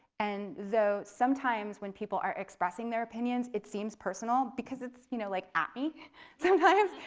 and though sometimes when people are expressing their opinions it seems personal because it's you know like at me sometimes.